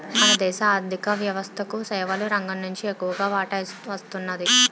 మన దేశ ఆర్ధిక వ్యవస్థకు సేవల రంగం నుంచి ఎక్కువ వాటా వస్తున్నది